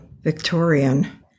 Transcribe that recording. Victorian